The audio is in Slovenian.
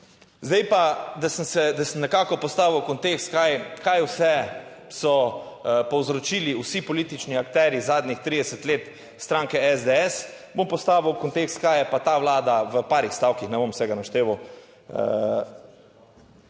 sem se, da sem nekako postavil v kontekst kaj kaj vse so povzročili vsi politični akterji zadnjih 30 let stranke SDS, bom postavil v kontekst, kaj je pa ta Vlada v parih stavkih, ne bom vsega našteval